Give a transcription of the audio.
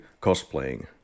cosplaying